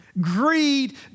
Greed